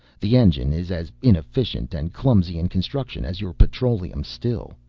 the engine is as inefficient and clumsy in construction as your petroleum still.